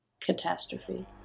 catastrophe